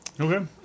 Okay